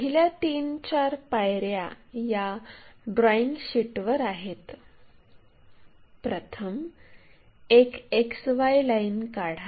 पहिल्या तीन चार पायऱ्या या ड्रॉईंग शीटवर आहेत प्रथम एक XY लाईन काढा